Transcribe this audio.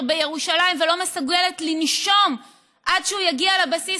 בירושלים לא מסוגלת לנשום עד שהוא יגיע לבסיס,